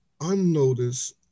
unnoticed